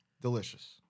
delicious